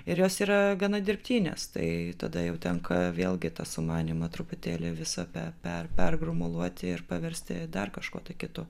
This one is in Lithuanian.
ir jos yra gana dirbtinės tai tada jau tenka vėlgi tą sumanymą truputėlį visą pe per pergromuluoti ir paversti dar kažkuo tai kitu